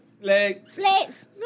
Flex